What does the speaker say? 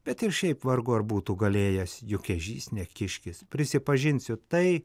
bet ir šiaip vargu ar būtų galėjęs juk ežys ne kiškis prisipažinsiu tai